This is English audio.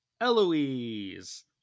Eloise